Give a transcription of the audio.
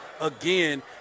again